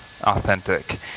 authentic